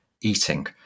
eating